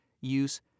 use